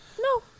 No